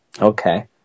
Okay